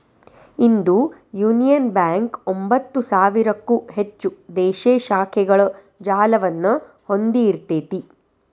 ಇಂದು union bank ಒಂಭತ್ತು ಸಾವಿರಕ್ಕೂ ಹೆಚ್ಚು ದೇಶೇ ಶಾಖೆಗಳ ಜಾಲವನ್ನ ಹೊಂದಿಇರ್ತೆತಿ